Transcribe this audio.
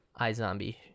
iZombie